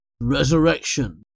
Resurrection